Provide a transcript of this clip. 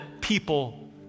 people